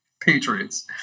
Patriots